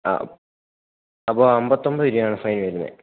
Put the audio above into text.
ആ അപ്പോൾ അമ്പത്തൊമ്പത് രൂപയാണ് ഫൈൻ വരുന്നത്